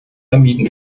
vermieden